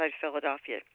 Philadelphia